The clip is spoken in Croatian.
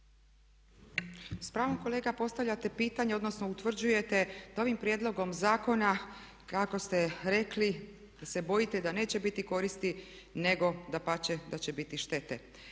S pravom kolega postavljate pitanje, odnosno utvrđujete da ovim prijedlogom zakona kako ste rekli se bojite da neće biti koristi nego dapače da će biti štete.